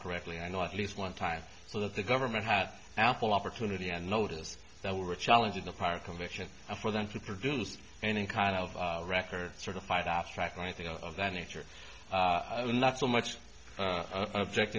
correctly i know at least one time so that the government had ample opportunity and noticed that we were challenging the prior conviction for them to produce any kind of record certified abstract anything of that nature and not so much object